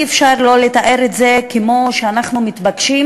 אי-אפשר שלא לתאר את זה שאנחנו מתבקשים